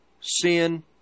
sin